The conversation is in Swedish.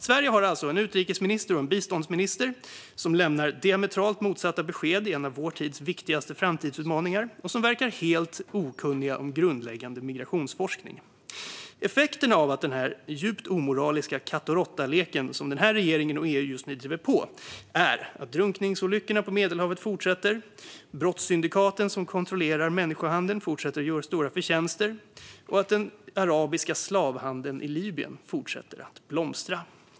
Sverige har alltså en utrikesminister och en biståndsminister som lämnar diametralt motsatta besked i en av vår tids viktigaste framtidsutmaningar och som verkar helt okunniga om grundläggande migrationsforskning. Effekterna av att den djupt omoraliska katt-och-råtta-lek som den här regeringen och EU just nu driver på är att drunkningsolyckorna på Medelhavet fortsätter, att brottssyndikaten som kontrollerar människohandeln fortsätter att göra stora förtjänster och att den arabiska slavhandeln i Libyen fortsätter att blomstra.